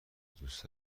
دوست